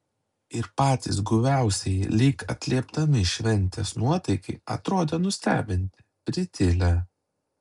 ir patys guviausieji lyg atliepdami šventės nuotaikai atrodė nustebinti pritilę